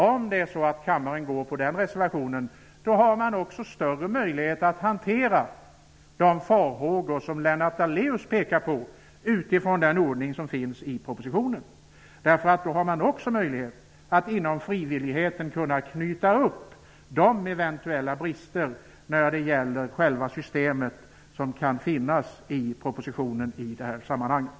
Om kammaren bifaller den reservationen, får man också större möjligheter att bemöta de farhågor som Lennart Daléus pekar på utifrån den ordning som finns i propositionen. Då har man också möjlighet att inom frivillighetens ram komma till rätta med de eventuella systembrister som kan finnas i propositionen i det här sammanhanget.